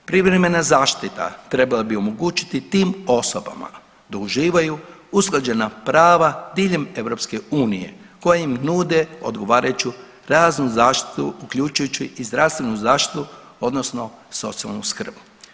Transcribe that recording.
Privremena zaštita trebala bi omogućiti tim osobama da uživaju usklađena prava diljem EU koja im nude odgovarajuću raznu zaštitu uključujući i zdravstvenu zaštitu odnosno socijalnu skrb.